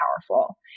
powerful